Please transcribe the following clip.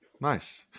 Nice